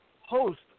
host